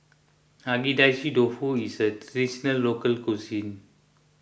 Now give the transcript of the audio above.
Agedashi Dofu is a Traditional Local Cuisine